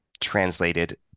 translated